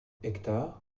hectares